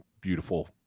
beautiful